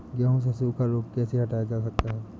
गेहूँ से सूखा रोग कैसे हटाया जा सकता है?